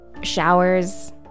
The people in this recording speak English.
showers